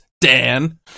Dan